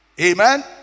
Amen